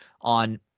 On